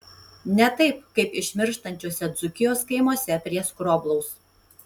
ne taip kaip išmirštančiuose dzūkijos kaimuose prie skroblaus